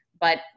But-